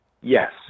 Yes